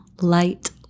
Light